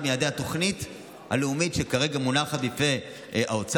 מיעדי התוכנית הלאומית לבריאות הנפש שכרגע מונחת בפני האוצר.